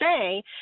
say